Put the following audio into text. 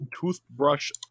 toothbrush